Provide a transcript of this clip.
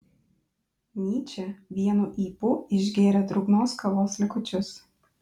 nyčė vienu ypu išgėrė drungnos kavos likučius